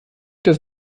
das